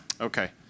Okay